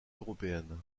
européenne